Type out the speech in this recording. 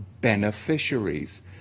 beneficiaries